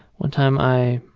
one time i